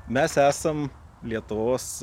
mes esam lietuvos